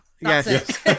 Yes